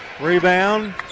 Rebound